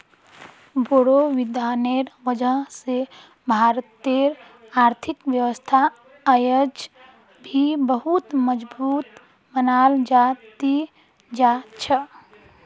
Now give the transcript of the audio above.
बोड़ो विद्वानेर वजह स भारतेर आर्थिक व्यवस्था अयेज भी बहुत मजबूत मनाल जा ती जा छ